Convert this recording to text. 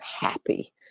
happy